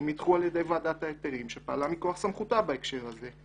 הן נדחו על ידי ועדת ההיתרים שפעלה מכוח סמכותה בהקשר הזה.